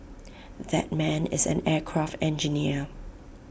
that man is an aircraft engineer